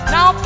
Now